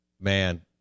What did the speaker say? man